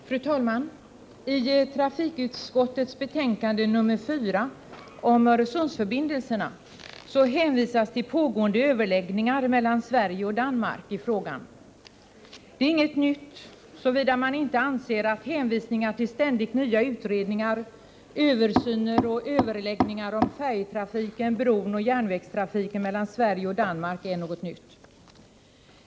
Fru talman! I trafikutskottets betänkande nr 4 om Öresundsförbindelserna hänvisas till pågående överläggningar mellan Sverige och Danmark i frågan. Det är inget nytt, såvida man inte anser att hänvisningarna till ständigt nya utredningar, översyner och överläggningar om färjetrafiken, bron och järnvägstrafiken mellan Sverige och Danmark är något nytt.